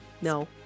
No